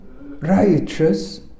righteous